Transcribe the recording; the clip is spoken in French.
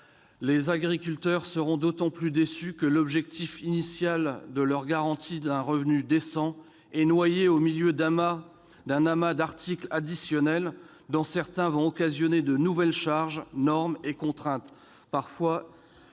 Les agriculteurs seront d'autant plus déçus que l'objectif initial de leur garantir un revenu décent est noyé dans un amas d'articles additionnels dont certains vont créer de nouvelles charges, normes et contraintes,